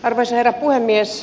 arvoisa herra puhemies